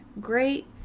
great